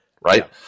right